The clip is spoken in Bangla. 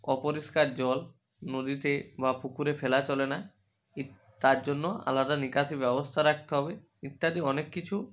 অপরিষ্কার জল নদীতে বা পুকুরে ফেলা চলে না ই তার জন্য আলাদা নিকাশি ব্যবস্থা রাখতে হবে ইত্যাদি অনেক কিছু